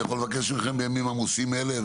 אני יכול לבקש ממכם בימים עמוסים אלה,